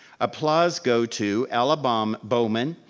applause go to ella but um bowman,